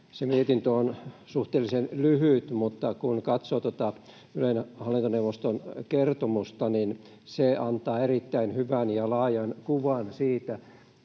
mietintö on suhteellisen lyhyt, mutta kun katsoo Ylen hallintoneuvoston kertomusta, niin se antaa erittäin hyvän ja laajan kuvan Ylen